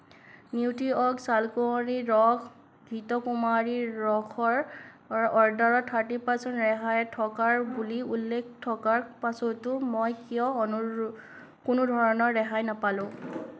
Nutriorg চালকুঁৱৰীৰ ৰস ঘৃতকুমাৰীৰ ৰসৰ অৰ্ডাৰত থাৰ্টি পাৰ্চেণ্ট ৰেহাই থকা বুলি উল্লেখ থকাৰ পাছতো মই কিয় অনুৰ কোনোধৰণৰ ৰেহাই নাপালো